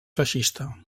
feixista